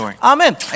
Amen